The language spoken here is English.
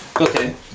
Okay